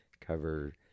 cover